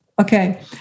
Okay